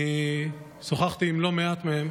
אני שוחחתי עם לא מעט מהם,